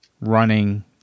running